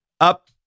up